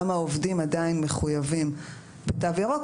גם העובדים עדיין מחויבים לתו ירוק,